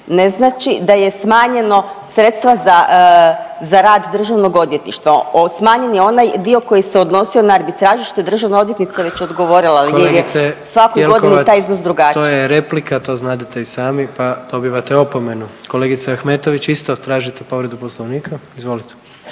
ne znači da je smanjeno sredstva za rad državnog odvjetništva. Smanjen je onaj dio koji se odnosio na arbitraže što je državna odvjetnica već odgovorila, ali gdje je svaku godinu taj iznos drugačiji. **Jandroković, Gordan (HDZ)** Kolegice Jelkovac to je replika, to znadete i sami pa dobivate opomenu. Kolegice Ahmetović isto tražite povredu Poslovnika, izvolite.